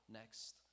next